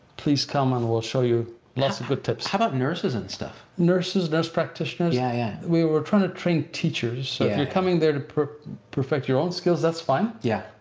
please come and we'll show you lots of good tips. how about nurses and stuff? nurses, nurse practitioners. yeah yeah we were trying to train teachers. so if you're coming there to perfect your own skills, that's fine. yeah.